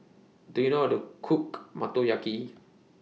Do YOU know How to Cook Motoyaki